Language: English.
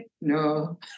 no